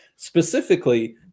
Specifically